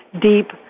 deep